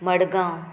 Madgaon